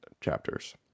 chapters